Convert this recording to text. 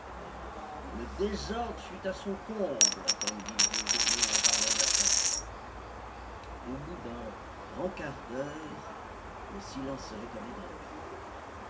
le désordre fut à son comble comme disent les journaux en parlant de la chambre au bout d'un gros quart d'heure le silence se rétablit un peu